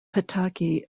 pataki